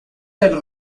del